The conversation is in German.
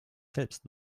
selbst